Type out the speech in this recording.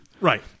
Right